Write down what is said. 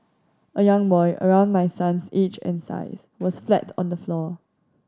a young boy around my son's age and size was flat on the floor